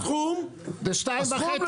הסכום